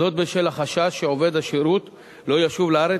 זאת בשל החשש שעובד השירות לא ישוב לארץ,